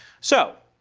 so